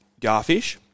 garfish